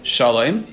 Shalom